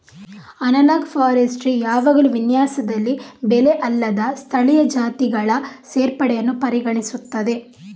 analogue forestry ಯಾವಾಗಲೂ ವಿನ್ಯಾಸದಲ್ಲಿ ಬೆಳೆ ಅಲ್ಲದ ಸ್ಥಳೀಯ ಜಾತಿಗಳ ಸೇರ್ಪಡೆಯನ್ನು ಪರಿಗಣಿಸುತ್ತದೆ